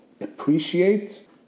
appreciate